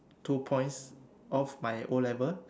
two points off my o-level